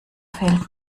fehlt